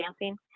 dancing